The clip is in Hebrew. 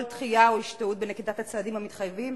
כל דחייה או השתהות בנקיטת הצעדים המתחייבים